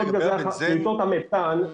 פליטות המתאן.